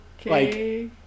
Okay